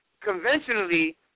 Conventionally